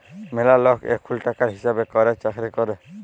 ম্যালা লক এখুল টাকার হিসাব ক্যরের চাকরি ক্যরে